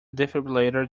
defibrillator